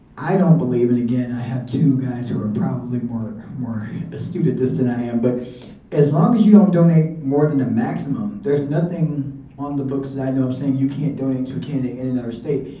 i don't believe, and again, i have two guys who are probably more more astute at this than i am, but as long as you don't donate more than a maximum, there's nothing on the books that i know of saying you can't donate to a candidate in another state.